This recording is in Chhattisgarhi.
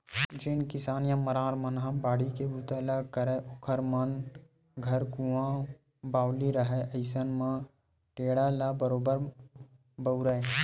जेन किसान या मरार मन ह बाड़ी के बूता ल करय ओखर मन घर कुँआ बावली रहाय अइसन म टेंड़ा ल बरोबर बउरय